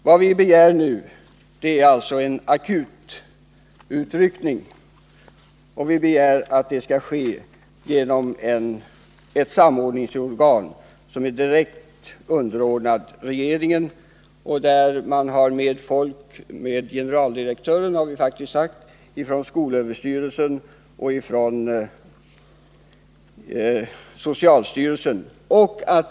Vad vi nu begär är alltså en akututryckning, och vi säger att den bör ske genom ett samordningsorgan som är direkt underordnat regeringen och där generaldirektörerna för skolöverstyrelsen och socialstyrelsen finns med.